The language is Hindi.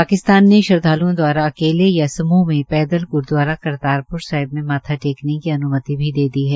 पाकिस्तान ने श्रद्वालुओं द्वारा अकेले या समूह में पैदल गुरूद्वारा करतापुर साहिब में माथा टेकने की अनुमति दी है